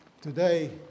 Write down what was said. today